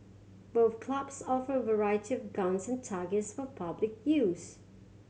both clubs offer a variety of guns and targets for public use